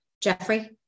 Jeffrey